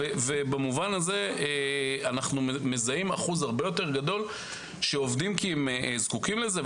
במובן הזה אנחנו מזהים אחוז הרבה יותר גדול של עובדים כי הם זקוקים לזה,